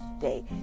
day